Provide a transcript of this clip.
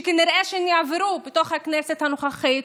שכנראה שיעברו בכנסת הנוכחית,